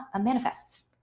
manifests